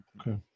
Okay